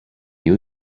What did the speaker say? you